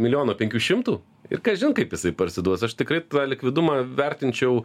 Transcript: milijono penkių šimtų ir kažin kaip jisai parsiduos aš tikrai likvidumą vertinčiau